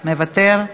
מוותר,